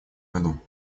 году